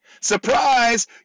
Surprise